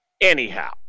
Anyhow